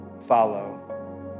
follow